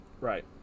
Right